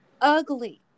ugly